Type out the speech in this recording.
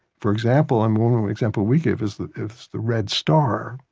for example and one example we gave is the is the red star.